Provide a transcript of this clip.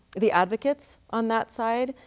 the advocates on that side,